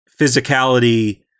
physicality